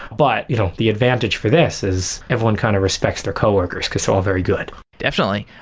but you know the advantage for this is everyone kind of respects their co-workers, because they're all very good definitely.